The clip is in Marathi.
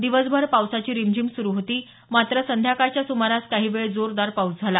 दिवसभर पावसाची रिमझिम सूरु होती मात्र संध्याकाळच्या सुमारास काही वेळ जोरदार पाऊस झाला